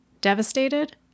devastated